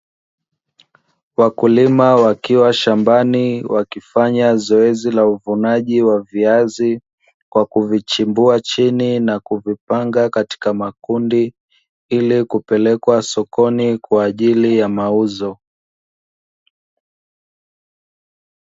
Wakulima wakiwa shambani wakifanya zoezi la uvunaji wa viazi, wa kuvichimbua chini na wakivipanga katika makundi ili kupelekwa sokoni kwa ajili ya mauzo.